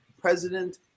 president